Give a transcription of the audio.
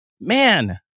Man